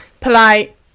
Polite